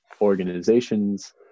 organizations